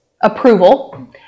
approval